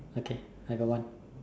okay I got one